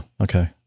Okay